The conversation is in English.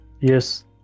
Yes